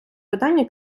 видання